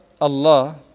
Allah